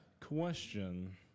Question